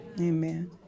Amen